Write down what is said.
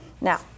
Now